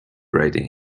writing